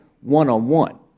one-on-one